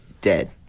dead